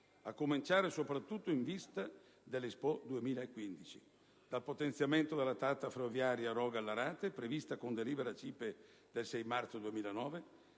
a cominciare, soprattutto in vista dell'Expo 2015, dal potenziamento della tratta ferroviaria Rho-Gallarate prevista con delibera CIPE del 6 marzo 2009;